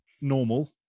normal